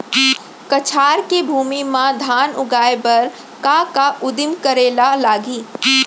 कछार के भूमि मा धान उगाए बर का का उदिम करे ला लागही?